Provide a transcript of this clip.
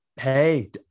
Hey